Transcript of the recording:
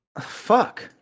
Fuck